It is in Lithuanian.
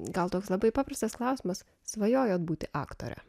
gal toks labai paprastas klausimas svajojot būti aktore